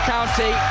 County